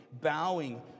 bowing